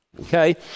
okay